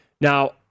Now